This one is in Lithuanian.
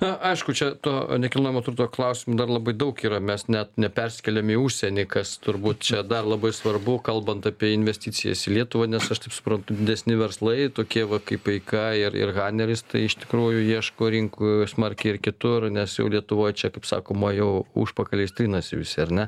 na aišku čia to nekilnojamo turto klausimų dar labai daug yra mes net nepersikėlėm į užsienį kas turbūt čia dar labai svarbu kalbant apie investicijas į lietuvą nes aš taip suprantu didesni verslai tokie va kaip eika ir ir haneris tai iš tikrųjų ieško rinkų smarkiai ir kitur nes jau lietuvoj čia kaip sakoma jau užpakaliais trinasi visi ar ne